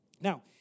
Now